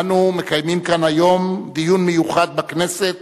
אנו מקיימים היום כאן בכנסת